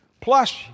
plus